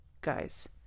Guys